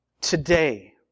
Today